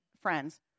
friends